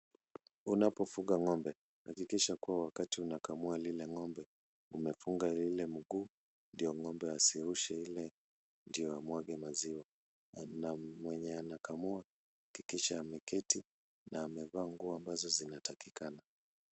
Unapofuga ng'ombe hakikisha kuwa wakati unakamua lile ng'ombe umefunga ile mguu ndio ng'ombe asirushe ile ndio amwage maziwa. Mwenye anakamua hakikisha ameketi na amevaa nguo ambazo zinatakikana.